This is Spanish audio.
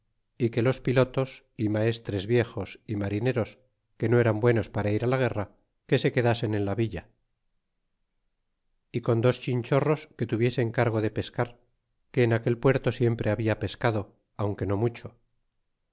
a que los pilotos maestres viejos y marineros que no eran buenos para ir á la guerra que se quedasen err la villa y con dos chinchorros que tuviesen cargo de pescar que en aquel puerto siempre habla pescado aunque no mucho